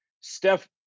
Steph